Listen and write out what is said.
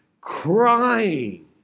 crying